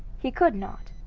he could not,